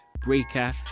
Breaker